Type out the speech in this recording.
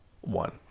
one